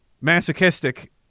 masochistic